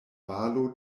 valo